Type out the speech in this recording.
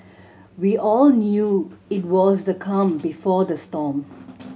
we all knew it was the calm before the storm